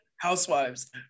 Housewives